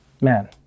man